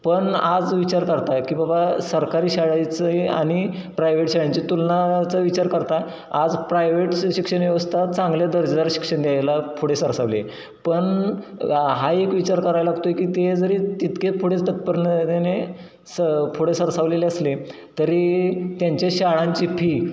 पण आज विचार करता की बाबा सरकारी शाळेचं आणि प्रायव्हेट शाळेंची तुलनाचा विचार करता आज प्रायव्हेट शिक्षण व्यवस्था चांगल्या दर्जेदार शिक्षण द्यायला पुढे सरसवले पण हा एक विचार करायला लागतोय की ते जरी तितके पुढे तत्परतेने पुढे सरसवलेले असले तरी त्यांच्या शाळांची फी